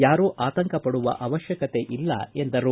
ಯಾರೂ ಆತಂಕಪಡುವ ಅಮಶ್ವಕತೆ ಇಲ್ಲ ಎಂದರು